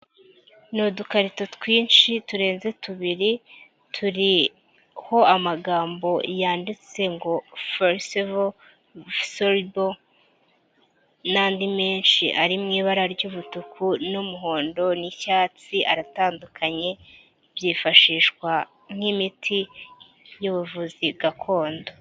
Ni udukarito twinshi turenze tubiri turiho amagambo yanditse ngo fosivo soribo n'andi menshi ari mu ibara ry'umutuku n'umuhondo n'icyatsi aratandukanye byifashishwa nk'imiti y'ubuvuzi gakondo.